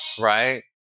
Right